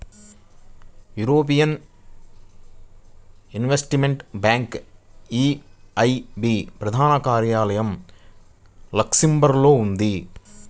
European investment bank EIB ప్రధాన కార్యాలయం లక్సెంబర్గ్లో ఉంది